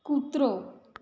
કૂતરો